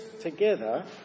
together